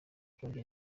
kongera